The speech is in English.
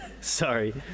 Sorry